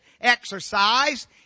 exercise